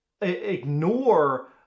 ignore